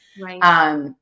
right